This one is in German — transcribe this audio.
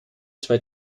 zwei